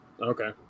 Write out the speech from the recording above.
Okay